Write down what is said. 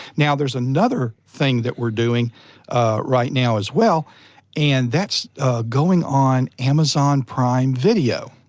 now there's another thing that we're doing right now as well and that's going on amazon prime video.